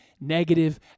negative